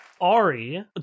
Ari